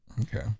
Okay